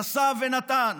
נשא ונתן.